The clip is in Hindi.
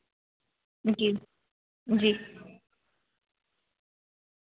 जी जी